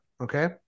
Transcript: okay